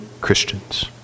Christians